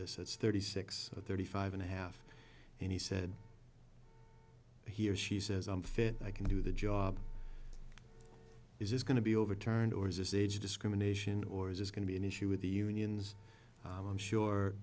it's thirty six thirty five and a half and he said he or she says i'm fit i can do the job is this going to be overturned or is this age discrimination or is this going to be an issue with the unions i'm sure